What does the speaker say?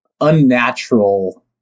unnatural